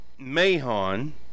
Mahon